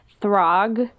Throg